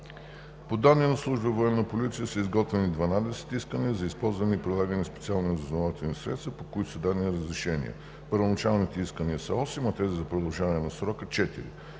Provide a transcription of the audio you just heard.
По данни на Служба „Военна полиция“ са изготвени 12 искания за използване и прилагане на специални разузнавателни средства, по които са дадени разрешения. Първоначалните искания са 8, а тези за продължаване на срока са